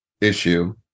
issue